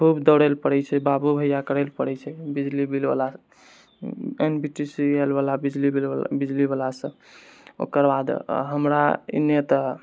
खूब दौड़ै लऽ पड़ै छै बाबू भैया करै लऽ पड़ै छै बिजली बिलवला एनबीटीसीएलवला बिजलीवला बिजलीवला सँ ओकरबाद हमरा एनि तऽ